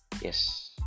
Yes